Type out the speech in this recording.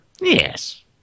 Yes